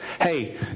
Hey